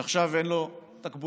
כשעכשיו אין לו תקבולים?